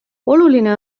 oluline